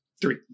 Three